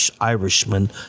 Irishman